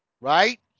right